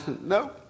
no